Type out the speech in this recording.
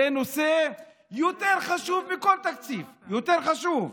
זה נושא יותר חשוב מכל תקציב, יותר חשוב.